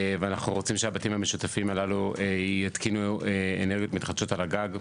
ואנחנו רוצים שהבתים המשותפים הללו יתקינו אנרגיות מתחדשות על הגג,